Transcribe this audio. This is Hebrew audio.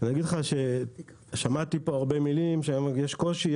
ואגיד לכם ששמעתי פה הרבה מילים כמו יש קושי,